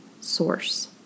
source